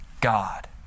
God